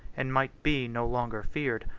and might be no longer feared,